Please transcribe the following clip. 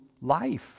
life